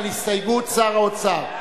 הסתייגות שר האוצר.